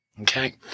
Okay